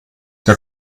der